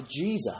Jesus